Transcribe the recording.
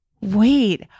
Wait